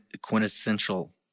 quintessential